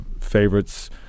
favorites